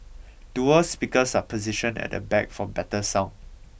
dual speakers are positioned at the back for better sound